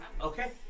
Okay